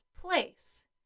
place